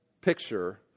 picture